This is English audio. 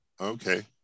Okay